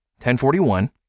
1041